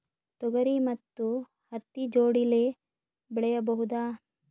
ತೊಗರಿ ಮತ್ತು ಹತ್ತಿ ಜೋಡಿಲೇ ಬೆಳೆಯಬಹುದಾ?